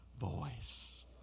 voice